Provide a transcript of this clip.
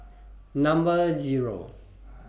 Number Zero